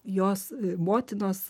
jos motinos